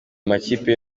makipe